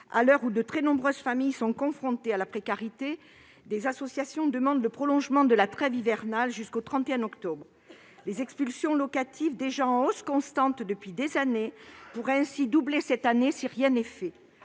À l'heure où de très nombreuses familles sont confrontées à la précarité, des associations demandent le prolongement de la trêve hivernale jusqu'au 31 octobre. En effet, les expulsions locatives, déjà en hausse constante depuis des années, pourraient doubler cette année si rien n'est fait.